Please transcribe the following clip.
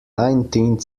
nineteenth